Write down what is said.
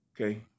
Okay